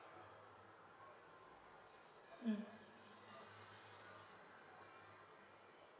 mm